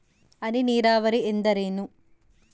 ಹನಿ ನೇರಾವರಿ ಎಂದರೇನು?